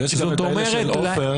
ויש גם את אלה של עופר,